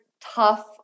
tough